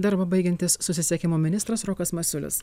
darbą baigiantis susisiekimo ministras rokas masiulis